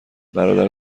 برادر